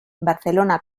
barcelona